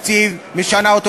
או שאין מקור תקציבי לשלם את זה,